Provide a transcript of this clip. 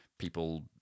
People